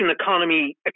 economy